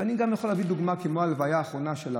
אני גם יכול להביא כדוגמה את ההלוויה האחרונה שהייתה,